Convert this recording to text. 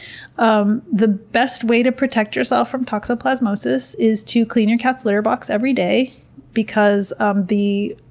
um the best way to protect yourself from toxoplasmosis is to clean your cat's litter box every day because um the